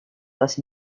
was